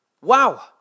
Wow